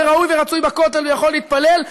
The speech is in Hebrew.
וראוי ורצוי בכותל ויכול להתפלל,